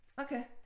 Okay